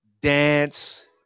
dance